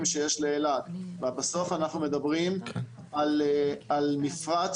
שיש לאילת ובסוף אנחנו מדברים על מפרץ,